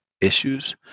issues